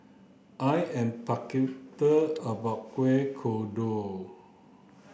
I am about Kueh Kodok